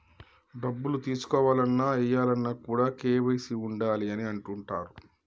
డబ్బులు తీసుకోవాలన్న, ఏయాలన్న కూడా కేవైసీ ఉండాలి అని అంటుంటరు